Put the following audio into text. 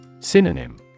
Synonym